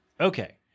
Okay